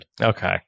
Okay